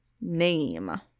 name